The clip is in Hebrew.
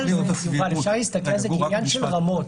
יובל, אפשר להסתכל על זה כעניין של רמות.